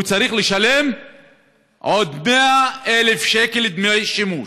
הוא צריך לשלם עוד 100,000 שקל דמי שימוש.